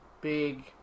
big